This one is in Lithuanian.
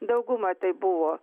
dauguma tai buvo